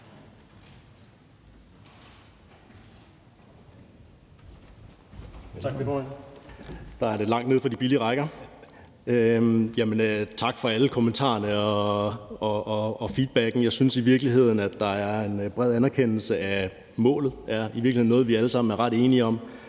Tak for alle kommentarerne og feedbacken. Jeg synes i virkeligheden, at der er en bred anerkendelse af målet, og at det er noget, vi alle sammen er ret enige om,